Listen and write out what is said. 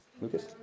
Lucas